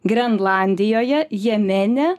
grenlandijoje jemene